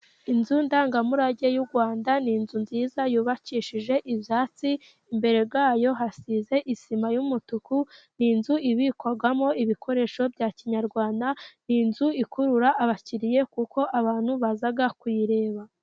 Inzu ndangamurage y'urwanda ni inzu nziza yubakishijwe ibyatsi imbere yayo hasize sima y'umutuku ni inzu ibikwamo ibikoresho bya kinyarwandawana.ni inzu ikurura abakiriya kuko abantu baza kuyireba.